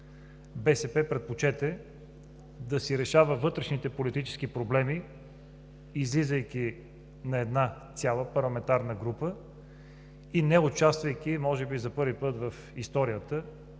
БСП предпочете да си решава вътрешните политически проблеми, излизайки на една цяла парламентарна група и неучаствайки, може би за първи път в историята,